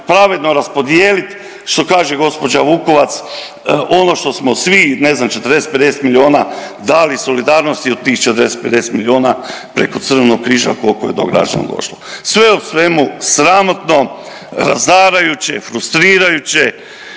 pravedno raspodijelit što kaže gđa. Vukovac, ono što smo svi ne znam 40-50 milijuna dali solidarnosti od tih 40-50 milijuna preko Crvenog križa koliko je to građane koštalo. Sve u svemu sramotno, razarajuće i frustrirajuće